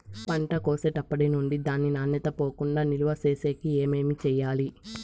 పంట కోసేటప్పటినుండి దాని నాణ్యత పోకుండా నిలువ సేసేకి ఏమేమి చేయాలి?